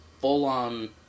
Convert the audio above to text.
full-on